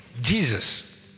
Jesus